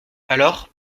alors